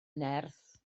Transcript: nerth